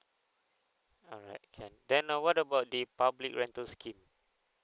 alright can then uh what about the public rental scheme